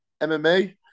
MMA